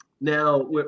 now